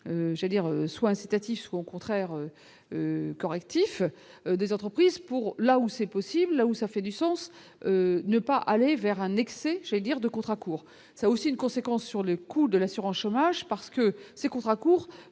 soit incitatif au contraire correctif des entreprises pour là où c'est possible, là où ça fait du sens, ne pas aller vers un excès, j'allais dire de contrats courts ça aussi une conséquence sur le coût de l'assurance chômage, parce que ces contrats courts